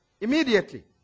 Immediately